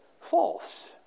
false